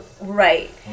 right